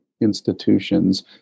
institutions